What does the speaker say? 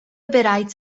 bereits